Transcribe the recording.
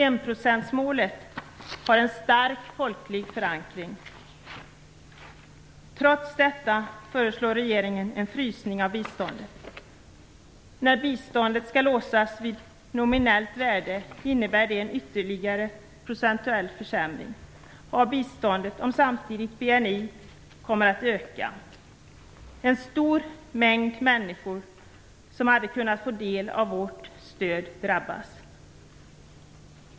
Enprocentsmålet har en stark folklig förankring. Trots detta föreslår regeringen en frysning av biståndet. Det innebär ytterligare en procentuell försämring av biståndet om det låses vid nominellt värde och BNI samtidigt ökar. En stor mängd människor som hade kunnat få del av vårt stöd drabbas.